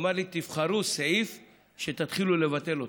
הוא אמר לי: תבחרו סעיף ותתחילו לבטל.